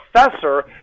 professor